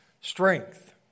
strength